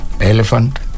elephant